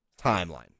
timeline